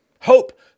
hope